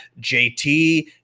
JT